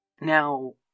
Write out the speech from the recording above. Now